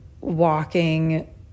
walking